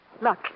look